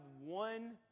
one